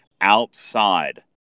outside